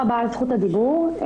זכות הדיבור,